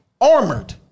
armored